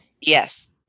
Yes